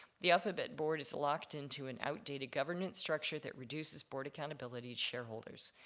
the alphabet board is locked into an outdated governance structure that reduces board accountability to shareholders.